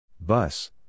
Bus